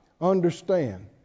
understand